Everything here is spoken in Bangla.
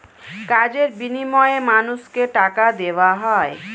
কাজের বিনিময়ে মানুষকে টাকা দেওয়া হয়